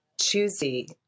choosy